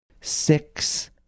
six